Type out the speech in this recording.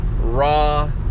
raw